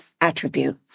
attribute